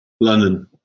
London